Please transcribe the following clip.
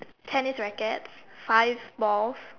tennis rackets five balls